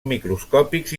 microscòpics